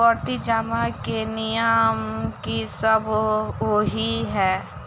आवर्ती जमा केँ नियम की सब होइ है?